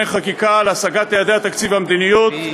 חקיקה להשגת יעדי התקציב והמדיניות),